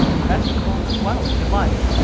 vegetables as well if you like.